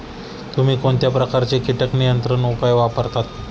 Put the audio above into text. तुम्ही कोणत्या प्रकारचे कीटक नियंत्रण उपाय वापरता?